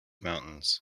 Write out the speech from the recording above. mountains